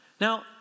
Now